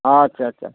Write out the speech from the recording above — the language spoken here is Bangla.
আচ্ছা আচ্ছা